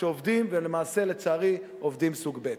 שעובדים ולצערי הם למעשה עובדים סוג ב'.